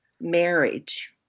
marriage